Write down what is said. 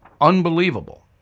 unbelievable